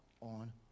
on